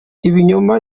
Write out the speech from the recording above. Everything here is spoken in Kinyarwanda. ibinyoma